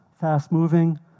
fast-moving